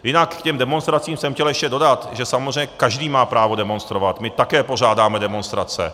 Jinak k těm demonstracím jsem chtěl ještě dodat, že samozřejmě každý má právo demonstrovat, my také pořádáme demonstrace.